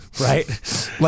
right